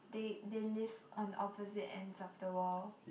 they they live on opposite ends of the world